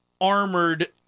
armored